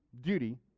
duty